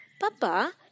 Papa